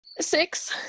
Six